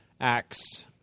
Acts